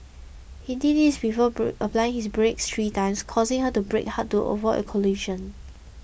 he did this before applying his brakes three times causing her to brake hard to avoid a collision